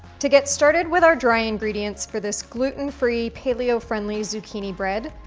to get started with our dry ingredients for this gluten free, paleo friendly zucchini bread,